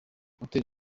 hotel